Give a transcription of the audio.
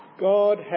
God